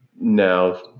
now